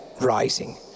rising